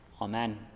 amen